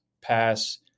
pass